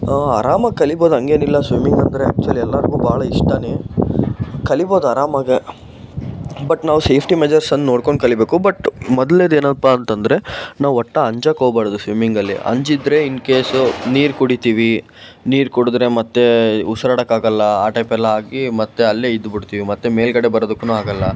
ಆರಾಮಾಗಿ ಕಲಿಬೋದು ಹಾಗೇನಿಲ್ಲ ಸ್ವಿಮ್ಮಿಂಗ್ ಅಂದರೆ ಆ್ಯಕ್ಚುಲಿ ಎಲ್ಲರಿಗೂ ಭಾಳ ಇಷ್ಟವೇ ಕಲಿಬೋದು ಆರಾಮಾಗೆ ಬಟ್ ನಾವು ಸೇಫ್ಟಿ ಮೆಜರ್ಸನ್ನ ನೋಡ್ಕೊಂಡು ಕಲಿಬೇಕು ಬಟ್ ಮೊದಲ್ನೇದೇನಪ್ಪಾ ಅಂತ ಅಂದ್ರೆ ನಾವು ಒಟ್ಟು ಅಂಜೋಕೆ ಹೋಗ್ಬಾರ್ದು ಸ್ವಿಮ್ಮಿಂಗಲ್ಲಿ ಅಂಜಿದರೆ ಇನ್ ಕೇಸು ನೀರು ಕುಡಿತೀವಿ ನೀರು ಕುಡಿದರೆ ಮತ್ತೆ ಉಸಿರಾಡೋಕ್ಕಾಗೋಲ್ಲ ಆ ಟೈಪೆಲ್ಲ ಆಗಿ ಮತ್ತೆ ಅಲ್ಲೇ ಇದ್ದು ಬಿಡ್ತೀವಿ ಮತ್ತು ಮೇಲುಗಡೆ ಬರೋದಕ್ಕೂ ಆಗೋಲ್ಲ